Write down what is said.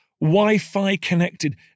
Wi-Fi-connected